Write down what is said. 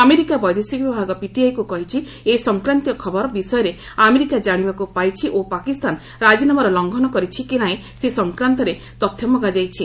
America ବୈଦେଶିକ ବିଭାଗ ପିଟିଆଇକୁ କହିଛି ଏ ସଂକ୍ରାନ୍ତୀୟ ଖବର ବିଷୟରେ ଆମେରିକା ଜାଶିବାକୁ ପାଇଛି ଓ ପାକିସ୍ତାନ ରାଜିନାମାର ଲଂଘନ କରିଛି କି ନାହିଁ ସେ ସଂକ୍ରାନ୍ତରେ ତଥ୍ୟ ମଗାଯାଇଛି